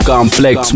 Complex